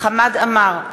חמד עמאר,